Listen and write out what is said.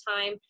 time